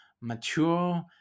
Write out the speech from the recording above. mature